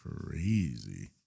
crazy